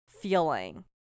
feeling